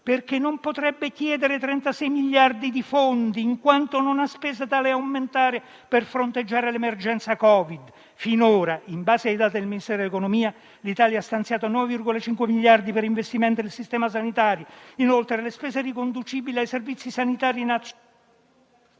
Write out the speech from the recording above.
non potrebbe chiedere 36 miliardi di fondi, in quanto non ha speso tale ammontare per fronteggiare l'emergenza Covid: finora, in base ai dati del Ministero dell'economia, ha stanziato solo 9,5 miliardi per gli investimenti del sistema sanitario. Inoltre, le spese riconducibili al servizio sanitario ammontano